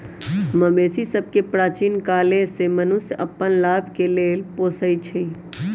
मवेशि सभके प्राचीन काले से मनुष्य अप्पन लाभ के लेल पोसइ छै